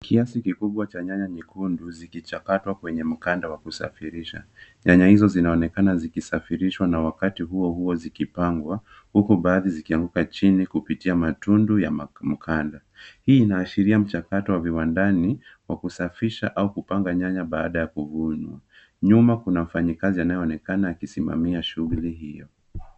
Kiasi kikubwa cha nyanya nyekundu, zikichakatwa kwenye mkanda wa kusafirisha. Nyanya hizo zinaonekana zikisafirishwa na wakati huo huo zikipangwa, huku baadhi zikianguka chini kupitia matundu ya mkanda. Hii inaashiria mchakato wa viwandani, wa kusafisha au kupanga nyanya baada ya kuvunwa. Nyuma kuna mfanyakazi anayeonekana akisimamia shughuli hiyo.